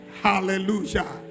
Hallelujah